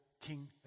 King